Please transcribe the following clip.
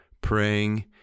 praying